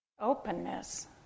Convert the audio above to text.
openness